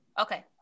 okay